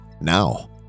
now